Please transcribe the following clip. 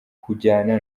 kujyana